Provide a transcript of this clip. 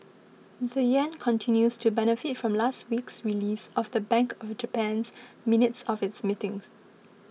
the yen continues to benefit from last week's release of the Bank of Japan's minutes of its meeting